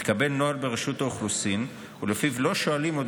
התקבל נוהל ברשות האוכלוסין שלפיו לא שואלים עוד